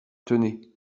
tenez